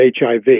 HIV